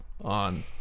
on